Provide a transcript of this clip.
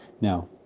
Now